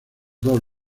dos